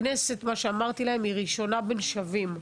הכנסת, מה שאמרתי להם, היא ראשונה בין שווים,